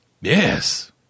Yes